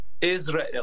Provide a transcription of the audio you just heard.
Israel